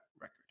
record